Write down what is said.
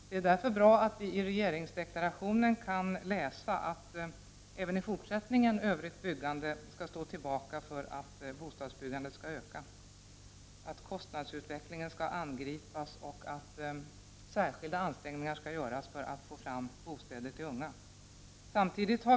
Det är därför bra att vi i regeringsdeklarationen kan läsa att övrigt byggande även i fortsättningen skall stå tillbaka för en ökning av bostadsbyggandet, att kostnadsutvecklingen skall angripas samt att särskilda ansträngningar skall göras för att få fram bostäder till unga.